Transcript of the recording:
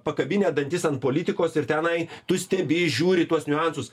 pakabinę dantis ant politikos ir tenai tu stebi žiūri į tuos niuansus